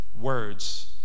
Words